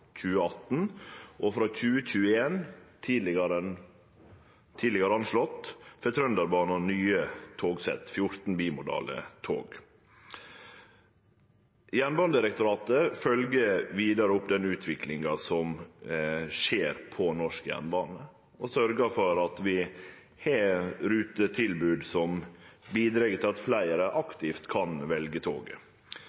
tidlegare enn tidlegare anslått – får Trønderbanen nye togsett, 14 bimodale tog. Jernbanedirektoratet følgjer vidare opp den utviklinga som skjer på norsk jernbane, og sørger for at vi har rutetilbod som bidreg til at fleire